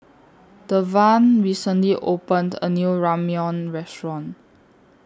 Devan recently opened A New Ramyeon Restaurant